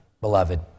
beloved